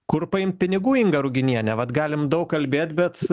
kur paimt pinigų inga ruginienė vat galim daug kalbėt bet